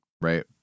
right